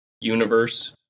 universe